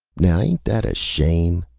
now ain't that a shame,